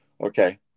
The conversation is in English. Okay